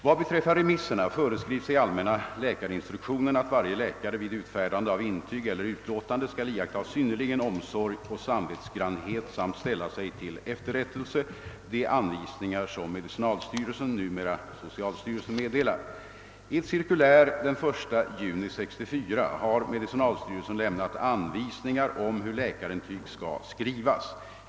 Vad beträffar remisserna föreskrivs i allmänna läkarinstruktionen, att varje läkare vid utfärdande av intyg eller utlåtande skall iaktta synnerlig omsorg och samvetsgrannhet samt ställa sig till efterrättelse de anvisningar, som medicinalstyrelsen — numera socialstyrelsen — meddelar. I ett cirkulär den 1 juni 1964 har medicinalstyrelsen lämnat anvisningar om hur läkarintyg skall skrivas.